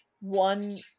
one